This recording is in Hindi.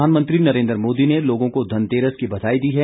प्रधानमंत्री नरेन्द्र मोदी ने लोगों को धनतेरस की बधाई दी है